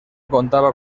contaba